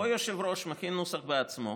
פה היושב-ראש מכין נוסח בעצמו,